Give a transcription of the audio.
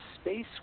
space